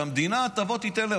שהמדינה תבוא ותיתן להם.